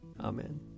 Amen